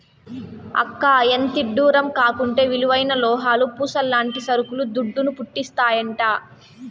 అక్కా, ఎంతిడ్డూరం కాకుంటే విలువైన లోహాలు, పూసల్లాంటి సరుకులు దుడ్డును, పుట్టిస్తాయంట